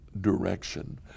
direction